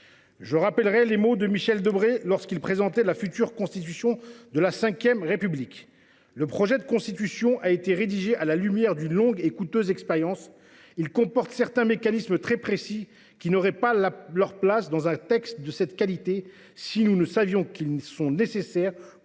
veux rappeler les mots de Michel Debré lorsqu’il présentait la future Constitution de la V République :« Le projet de Constitution, rédigé à la lumière d’une longue et coûteuse expérience, comporte certains mécanismes très précis qui n’auraient pas leur place dans un texte de cette qualité si nous ne savions qu’ils sont nécessaires pour changer